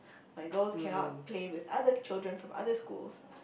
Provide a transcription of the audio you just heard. my girls cannot play with other children from other schools